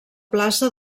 plaça